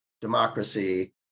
democracy